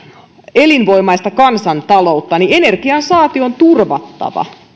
elinvoimaista kansantaloutta niin energiansaanti on turvattava